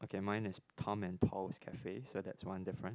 okay mine is Tom and Paul's Cafe so that's one difference